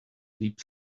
deep